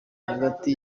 hagati